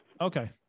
Okay